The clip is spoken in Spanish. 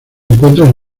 encuentran